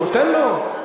תן לו.